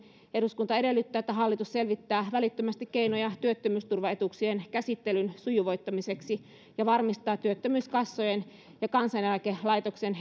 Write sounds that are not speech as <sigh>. eduskunta edellyttää että hallitus selvittää välittömästi keinoja työttömyysturvaetuuksien käsittelyn sujuvoittamiseksi ja varmistaa työttömyyskassojen ja kansaneläkelaitoksen <unintelligible>